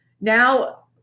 now